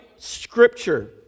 Scripture